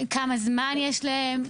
כמה זמן יש להם?